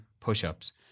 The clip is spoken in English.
push-ups